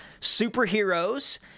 Superheroes